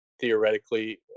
theoretically